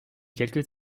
quelques